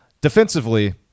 defensively